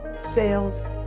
sales